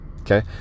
okay